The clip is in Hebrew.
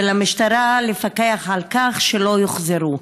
ולמשטרה, לפקח על כך שלא יוחזרו.